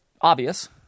obvious